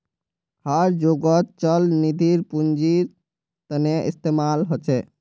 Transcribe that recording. हर जोगोत चल निधिर पुन्जिर तने इस्तेमाल होचे